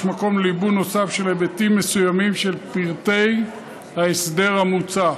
יש מקום לליבון נוסף של היבטים מסוימים של פרטי ההסדר המוצע.